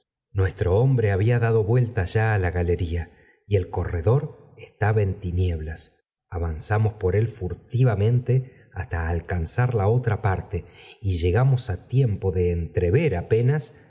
nuestro hombre había davuelta ya á la galería y el corredor estaba en tinieblas avanzamos por él furtivamente hasta alcanzar la otra parte y llegamos á tiempo de entrever apenas